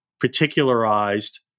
particularized